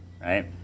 Right